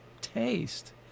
taste